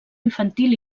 infantil